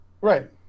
Right